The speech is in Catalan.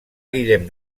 guillem